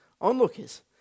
onlookers